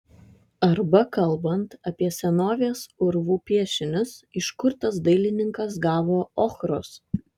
arba kalbant apie senovės urvų piešinius iš kur tas dailininkas gavo ochros